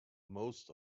most